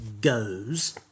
goes